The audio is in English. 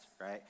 right